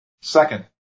Second